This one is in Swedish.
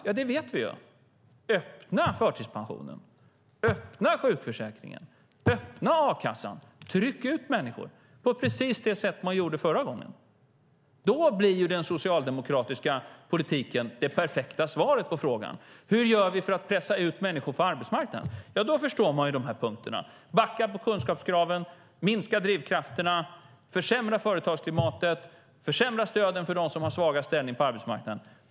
Ja, det vet vi ju: öppna förtidspensionen, öppna sjukförsäkringen, öppna a-kassan och tryck ut människor på precis samma sätt som förra gången. Då blir den socialdemokratiska politiken det perfekta svaret på frågan: Hur gör vi för att pressa ut människor från arbetsmarknaden? Ja, då förstår vi de här punkterna: backa på kunskapskraven, minska drivkrafterna, försämra företagsklimatet och försämra stöden för dem som har svagast ställning på arbetsmarknaden.